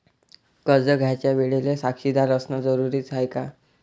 कर्ज घ्यायच्या वेळेले साक्षीदार असनं जरुरीच हाय का?